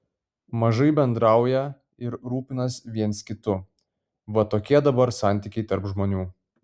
mažai bendrauja ir rūpinas viens kitu vat tokie dabar santykiai tarp žmonių